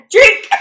Drink